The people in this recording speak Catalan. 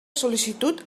sol·licitud